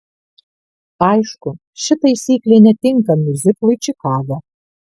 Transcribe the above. aišku ši taisyklė netinka miuziklui čikaga